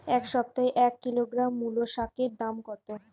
এ সপ্তাহে এক কিলোগ্রাম মুলো শাকের দাম কত?